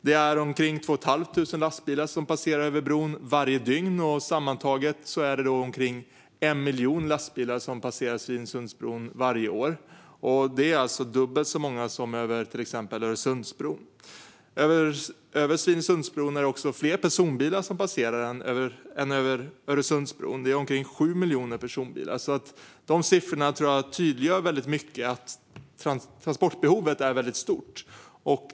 Det är omkring 2 500 lastbilar som passerar över bron varje dygn. Sammantaget är det omkring 1 miljon lastbilar som passerar Svinesundsbron varje år. Det är alltså dubbelt så många som passerar över till exempel Öresundsbron. Det passerar också fler personbilar över Svinesundsbron än över Öresundsbron. Det är omkring 7 miljoner personbilar. Jag tror att de siffrorna tydliggör att transportbehovet är väldigt stort.